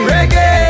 Reggae